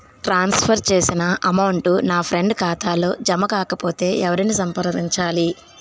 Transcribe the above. ట్రాన్స్ for చేసిన amount నా friend ఖాతాలో జమ కాకపొతే ఎవరిని సంప్రదించాలి?